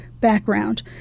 background